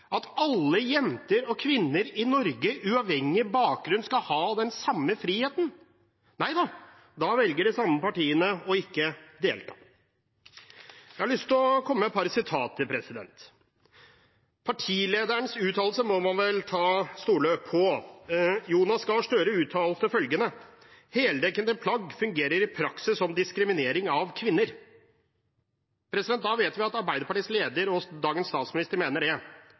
at alle jenter og kvinner i Norge uavhengig av bakgrunn skal ha den samme friheten? Nei da, da velger de samme partiene ikke å delta. Jeg har lyst til å komme med et par sitater. Partilederens uttalelse må man vel stole på, og Jonas Gahr Støre uttalte: «Heldekkende plagg fungerer i praksis som diskriminering av kvinner.» Da vet vi at Arbeiderpartiets leder og dagens statsminister mener det,